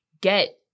get